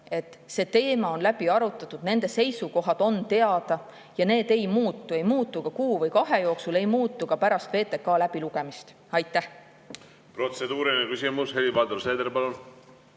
selle teema läbi arutanud. Nende seisukohad on teada ja need ei muutu, need ei muutu ka kuu või kahe jooksul, ei muutu ka pärast VTK läbilugemist. Aitäh!